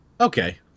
Okay